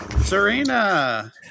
Serena